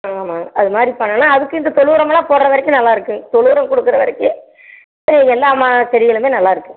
ஆமாம் அது மாதிரி பண்ணலாம் அதுக்கும் இந்து தொழுவுரம் எல்லாம் போடுற வரைக்கும் நல்லா இருக்கும் தொழுவுரம் கொடுக்குற வரைக்கும் அது எல்லாம் மா செடிகளுமே நல்லா இருக்கும்